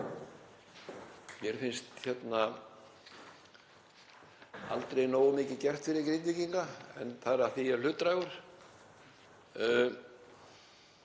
Mér finnst aldrei nógu mikið gert fyrir Grindvíkinga en það er af því að ég er hlutdrægur.